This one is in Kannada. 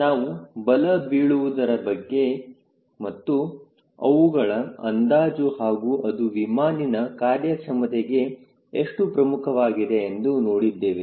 ನಾವು ಬಲ ಬೀಳುವುದರ ಬಗ್ಗೆ ಮತ್ತು ಅವುಗಳ ಅಂದಾಜು ಹಾಗೂ ಅದು ವಿಮಾನಿನ ಕಾರ್ಯಕ್ಷಮತೆಗೆ ಎಷ್ಟು ಪ್ರಮುಖವಾಗಿದೆ ಎಂದು ನೋಡಿದ್ದೇವೆ